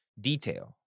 detail